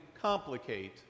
complicate